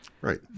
right